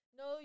no